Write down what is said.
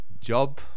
job